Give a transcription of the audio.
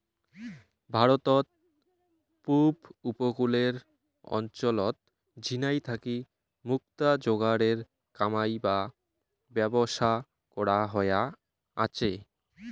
ভারতত পুব উপকূলের অঞ্চলত ঝিনাই থাকি মুক্তা যোগারের কামাই বা ব্যবসা করা হয়া আচে